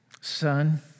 Son